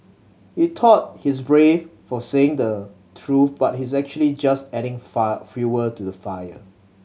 he thought he's brave for saying the truth but he's actually just adding far fuel to the fire